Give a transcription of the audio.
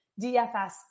DFS